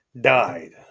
died